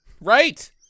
Right